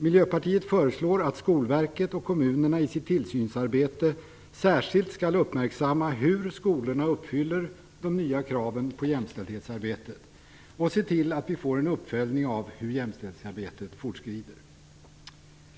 Miljöpartiet föreslår att Skolverket och kommunerna i sitt tillsynsarbete särskilt skall uppmärksamma hur skolorna uppfyller de nya kraven på jämställdhetsarbetet och se till att vi får en uppföljning av hur jämställdhetsarbetet framskrider.